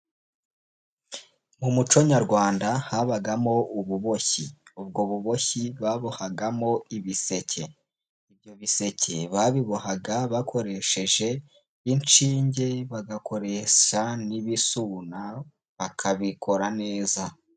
Mu muco nyarwanda habagamo ububoshyi ubwo buboshyi babohagamo ibiseke, ibyo biseke babibohaga bakoresheje inshinge bagakoresha n'ibisubuna bakabikora neza.